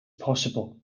possible